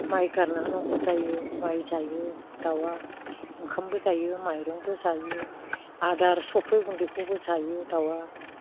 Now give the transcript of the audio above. माइ गारना होनांगौ जायो माइ जायो दाउआ ओंखामबो जायो माइरंबो जायो आदार सफ्रै गुन्दैखौबो जायो दाउआ